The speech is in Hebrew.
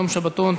יום שבתון),